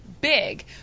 big